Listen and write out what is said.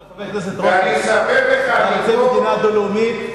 כבוד חבר הכנסת רותם, אתה רוצה מדינה דו-לאומית?